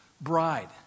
bride